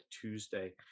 Tuesday